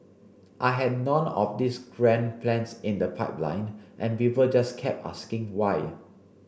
I had none of these grand plans in the pipeline and people just kept asking why